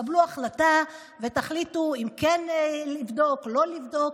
קבלו החלטה ותחליטו אם כן לבדוק או לא לבדוק.